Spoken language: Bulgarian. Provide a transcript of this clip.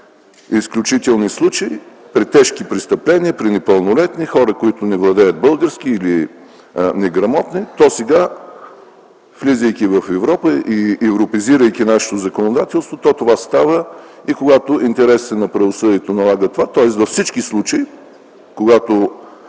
изключителни случаи – при тежки престъпления, при непълнолетни, хора, които не владеят български език или неграмотни, то сега, влизайки в Европа и европеизирайки нашето законодателство, това става и когато интересите на правосъдието налагат това. Тоест във всички случаи, когато